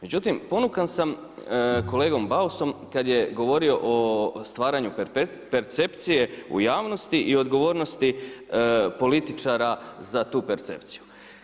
Međutim, ponukan sam kolegom Beusom kad je govorio o stvaranju percepcije u javnosti i odgovornosti političara za tu percepciju.